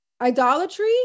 idolatry